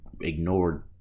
ignored